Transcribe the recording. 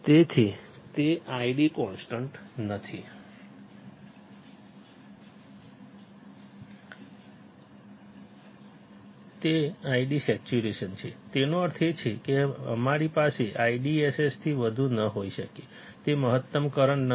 તેથી તે ID constant નથી તે ID સેચ્યુરેશન છે તેનો અર્થ એ છે કે અમારી પાસે IDSS થી વધુ ન હોઈ શકે તે મહત્તમ કરંટ નથી